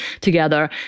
together